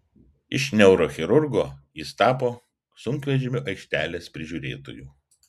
iš neurochirurgo jis tapo sunkvežimių aikštelės prižiūrėtoju